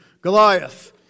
Goliath